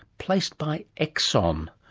placed by exon.